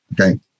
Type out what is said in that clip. Okay